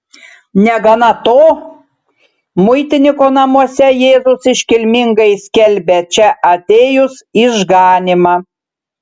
negana to muitininko namuose jėzus iškilmingai skelbia čia atėjus išganymą